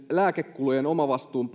lääkekulujen omavastuun